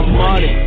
money